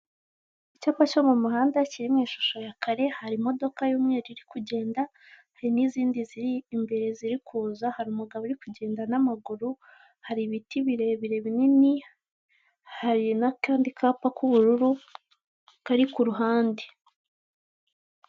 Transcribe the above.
Icyapa cyo mu muhanda kiririmo ishusho ya kare hari imodoka y'umweru iri kugenda, hari n'izindi ziri imbere ziri kuza, hari umugabo uri kugenda n'amaguru, hari ibiti birebire binini hari n'akandi kapa k'ubururu kari kuru ruhande.